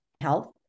health